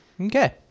Okay